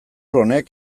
honek